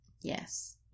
yes